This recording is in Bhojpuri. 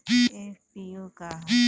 एफ.पी.ओ का ह?